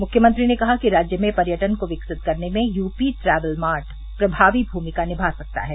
मुख्मंत्री ने कहा कि राज्य में पर्यटन को विकसित करने में यूपी ट्रैवल मार्ट प्रभावी भूमिका निभा सकता है